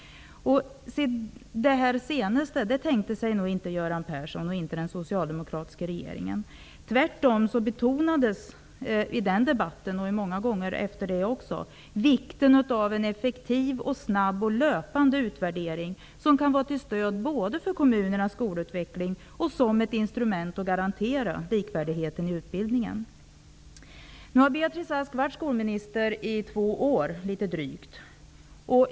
Det är nog inte vad Göran Persson och den socialdemokratiska regeringen hade tänkt sig. I den debatten -- och också många gånger därefter -- betonades tvärtom vikten av en effektiv, snabb och löpande utvärdering, som kan vara till stöd för utvecklingen i kommunernas skolor och som ett instrument för att garantera likvärdigheten i utbildningen. Beatrice Ask har nu varit skolminister i drygt två år.